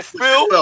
Phil